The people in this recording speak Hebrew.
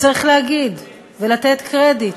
וצריך להגיד ולתת קרדיט,